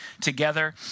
together